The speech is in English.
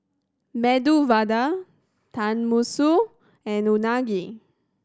Medu Vada Tenmusu and Unagi